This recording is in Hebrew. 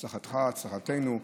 הצלחתך, הצלחתנו.